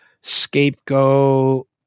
Scapegoat